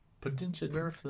Potential